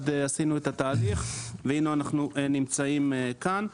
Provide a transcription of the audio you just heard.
עשינו את התהליך והנה אנחנו נמצאים כאן.